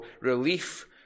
relief